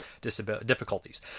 difficulties